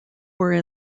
were